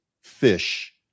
fish